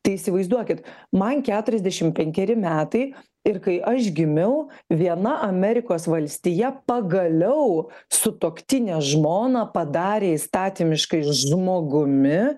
tai įsivaizduokit man keturiasdešim penkeri metai ir kai aš gimiau viena amerikos valstija pagaliau sutuoktinę žmoną padarė įstatymiškai žmogumi